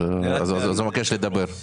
והוא מבקש לדבר.